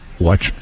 Watch